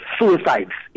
suicides